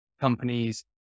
companies